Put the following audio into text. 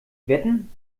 wetten